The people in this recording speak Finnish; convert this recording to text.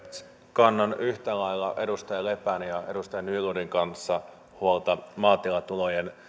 kannan yhtä lailla edustaja lepän ja ja edustaja nylundin kanssa huolta maatilatulojen